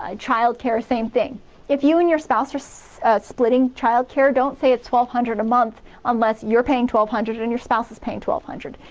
ah childcare same thing if you and your spouse are so splitting childcare, don't say it's twelve hundred a month unless you're paying twelve hundred and your spouse is paying twelve hundred.